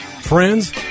Friends